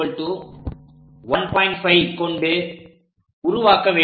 5 கொண்டு உருவாக்க வேண்டும்